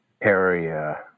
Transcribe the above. area